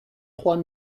trois